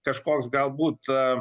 kažkoks galbūt